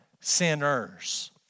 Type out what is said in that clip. sinners